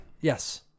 Yes